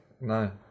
No